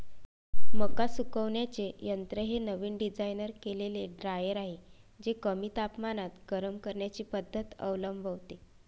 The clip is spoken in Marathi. मका सुकवण्याचे यंत्र हे नवीन डिझाइन केलेले ड्रायर आहे जे कमी तापमानात गरम करण्याची पद्धत अवलंबते